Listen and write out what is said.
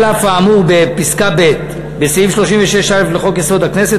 על אף האמור בפסקה (ב) בסעיף 36א לחוק-היסוד: הכנסת,